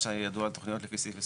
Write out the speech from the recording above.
מה שידוע התוכניות לפי סעיף 23,